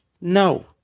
no